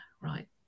right